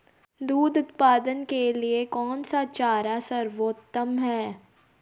दूध उत्पादन के लिए कौन सा चारा सर्वोत्तम है?